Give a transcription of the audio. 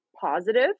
positive